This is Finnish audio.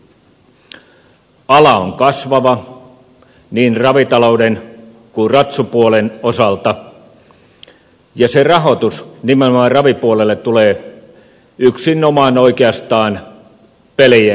ala on kasvava niin ravitalouden kuin ratsupuolen osalta ja se rahoitus nimenomaan ravipuolelle tulee yksinomaan oikeastaan pelien kautta